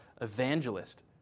evangelist